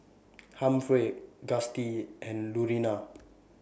Humphrey Gustie and Lurena